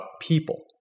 people